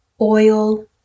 oil